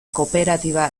kooperatiba